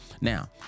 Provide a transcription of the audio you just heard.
Now